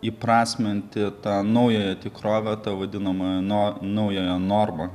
įprasminti tą naująją tikrovę tą vadinamą no naująją normą